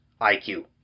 IQ